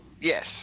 Yes